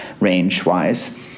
range-wise